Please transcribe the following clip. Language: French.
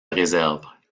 réserve